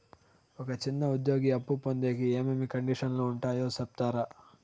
ఒక చిన్న ఉద్యోగి అప్పు పొందేకి ఏమేమి కండిషన్లు ఉంటాయో సెప్తారా?